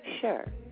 Sure